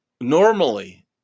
normally